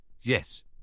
Yes